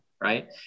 Right